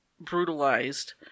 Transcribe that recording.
brutalized